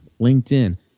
LinkedIn